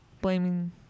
Blaming